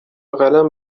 قلم